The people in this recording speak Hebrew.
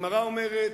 הגמרא אומרת,